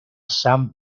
san